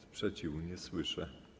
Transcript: Sprzeciwu nie słyszę.